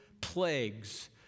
plagues